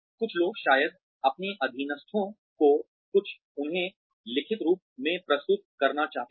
कुछ लोग शायद अपने अधीनस्थों को कुछ उन्हें लिखित रूप में प्रस्तुत करना चाहते है